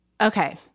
Okay